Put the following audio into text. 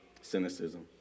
cynicism